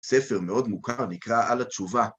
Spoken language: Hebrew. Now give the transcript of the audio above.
ספר מאוד מוכר נקרא על התשובה.